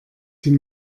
sie